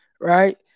right